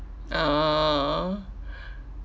oh